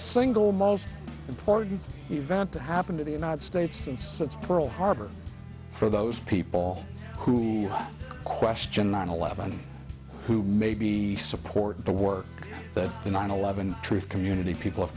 single most important event to happen to the united states and since pearl harbor for those people who question nine eleven who maybe supported the work that the nine eleven truth community people have